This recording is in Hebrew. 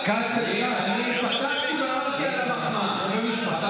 ליו"ר ועדת הכספים ולמי שפה חבר ועדת הכספים,